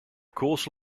course